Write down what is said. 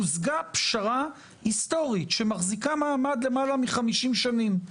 הושגה פשרה היסטורית שמחזיקה מעמד למעלה מ-50 שנים.